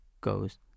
goes